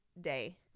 day